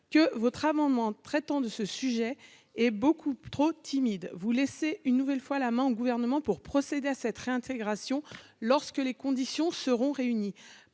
que votre amendement traitant de ce sujet est beaucoup trop timide vous laisser une nouvelle fois la main au gouvernement pour procéder à cette réintégration lorsque les conditions seront réunies,